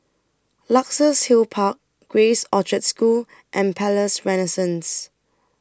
Luxus Hill Park Grace Orchard School and Palais Renaissance